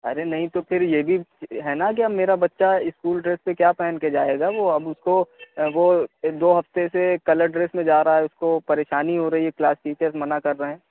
ارے نہیں تو پھر یہ بھی ہے نا کہ میرا بچہ اسکول ڈریس پہ کیا پہن کے جائے گا وہ اب اس کو وہ ایک دو ہفتے سے کلر ڈریس میں جا رہا ہے اس کو پریشانی ہو رہی ہے کلاس ٹیچرس منع کر رہے ہیں